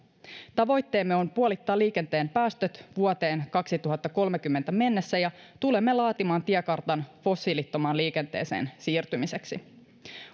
tavoitteemme on puolittaa liikenteen päästöt vuoteen kaksituhattakolmekymmentä mennessä ja tulemme laatimaan tiekartan fossiilittomaan liikenteeseen siirtymiseksi